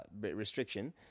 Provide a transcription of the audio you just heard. restriction